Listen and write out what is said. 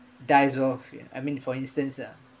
dies off ya I mean for instance ah